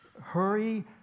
Hurry